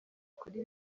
kuri